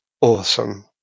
awesome